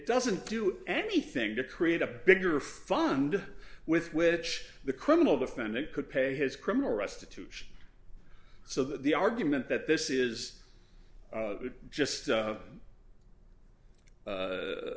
doesn't do anything to create a bigger fund with which the criminal defendant could pay his criminal restitution so that the argument that this is just